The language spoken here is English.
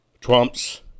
Trump's